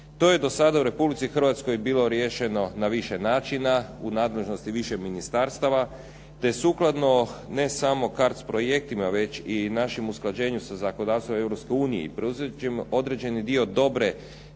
To je do sada u Republici Hrvatskoj bilo riješeno na više načina, u nadležnosti više ministarstava te sukladno ne samo CARDS projektima, već i našim usklađenjem sa zakonodavstvom Europske unije i preuzimajući određeni dio dobre